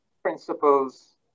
principles